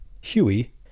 Huey